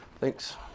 Thanks